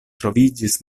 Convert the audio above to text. troviĝis